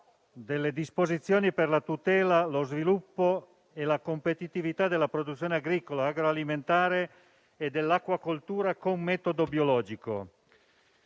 delle disposizioni per la tutela, lo sviluppo e la competitività della produzione agricola e agroalimentare e dell'acquacoltura con metodo biologico.